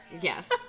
Yes